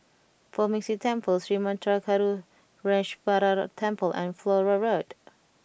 Poh Ming Tse Temple Sri Manmatha Karuneshvarar Temple and Flora Road